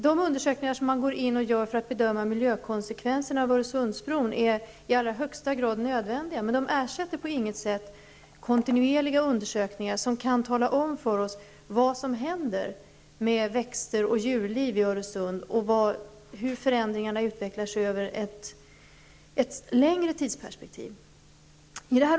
De undersökningar som utförs för att man skall bedöma miljökonsekvenserna av byggandet av Öresundsbron är i allra högsta grad nödvändiga, men de ersätter på inget sätt kontinuerliga undersökningar, som kan tala om för oss vad som händer med växter och djurliv i Öresund och hur förändringarna utvecklar sig över ett längre tidsperspektiv.